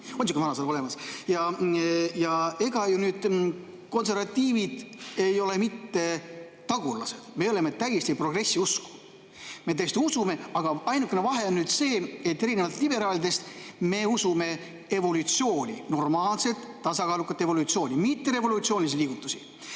On sihuke vanasõna olemas. Ega ju konservatiivid ei ole mitte tagurlased, me oleme täiesti progressiusku. Me täiesti usume. Ainuke vahe on see, et erinevalt liberaalidest me usume evolutsiooni, normaalset ja tasakaalukat evolutsiooni, mitte revolutsioonilisi liigutusi. Kui